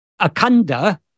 Akanda